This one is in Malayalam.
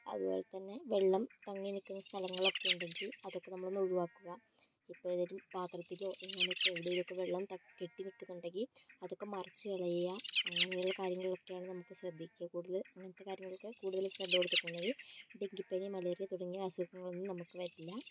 അതുപോലെതന്നെ വെള്ളം തങ്ങിനിൽക്കുന്ന സ്ഥലങ്ങൾ ഒക്കെ ഉണ്ടെങ്കിൽ അതൊക്കെ നമ്മൾ ഒന്ന് ഒഴിവാക്കുക ഇപ്പൊൾ ഏതേലും പാത്രത്തിലോ അങ്ങനെയൊക്കെ എവിടെയെങ്കിലും ഒക്കെ വെള്ളം കെട്ടി നിൽക്കുന്നുണ്ടെങ്കിൽ അതൊക്കെ മറിച്ചു കളയുക അങ്ങനെയുള്ള കാര്യങ്ങളിൽ ഒക്കെയാണ് നമുക്ക് ശ്രദ്ധിക്കുക കൂടുതൽ ഇങ്ങനത്തെ കാര്യങ്ങളിലൊക്കെ കൂടുതൽ ശ്രദ്ധ കൊടുത്തിട്ടുണ്ടെങ്കിൽ ഡെങ്കിപ്പനി മലേറിയ തുടങ്ങിയ അസുഖങ്ങളൊന്നും നമുക്ക് വരില്ല